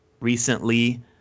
recently